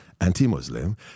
anti-Muslim